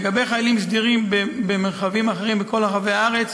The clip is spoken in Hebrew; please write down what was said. לגבי חיילים סדירים במרחבים אחרים בכל רחבי הארץ,